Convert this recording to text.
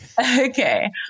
okay